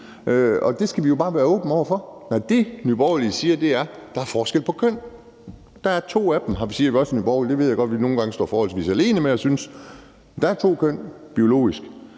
og det skal vi jo bare være åbne over for. Det, Nye Borgerlige siger, er, at der er forskel på køn. Der er to af dem, siger vi også i Nye Borgerlige, og det ved jeg godt at vi nogle gange står forholdsvis alene med at synes. Der er to køn biologisk,